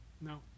no